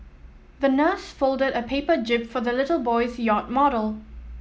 the nurse folded a paper jib for the little boy's yacht model